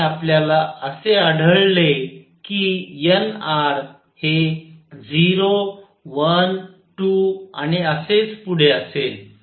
आणि आपल्याला असे आढळले की nr हे 0 1 2 आणि असेच पुढे असेल